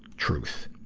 truth,